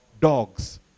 dogs